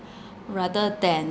rather than